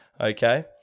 okay